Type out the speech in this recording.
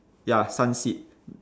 ya sun seat